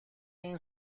این